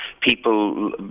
people